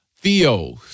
Theo